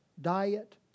diet